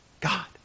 God